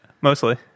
Mostly